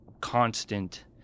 constant